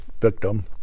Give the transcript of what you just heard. victim